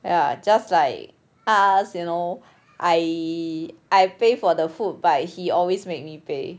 ya just like us you know I I pay for the food but he always make me pay